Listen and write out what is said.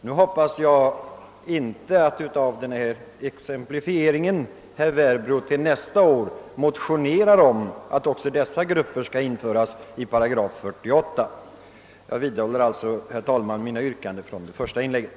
Jag hoppas att herr Werbro efter denna exemplifiering inte till nästa år motionerar om att också dessa grupper skall införas i 48 8. Jag vidhåller alltså, herr talman, mina yrkanden från det första inlägget.